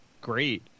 great